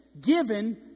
given